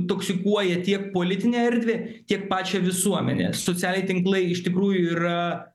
toksikuoja tiek politinę erdvę tiek pačią visuomenę socialiai tinklai iš tikrųjų yra